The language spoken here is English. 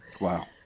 Wow